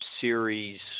series